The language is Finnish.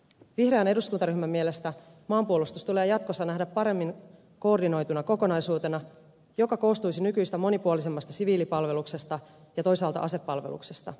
vihreän eduskuntaryhmän mielestä maanpuolustus tulee jatkossa nähdä paremmin koordinoituna kokonaisuutena joka koostuisi nykyistä monipuolisemmasta siviilipalveluksesta ja toisaalta asepalveluksesta